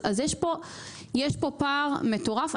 יש פה פער מטורף.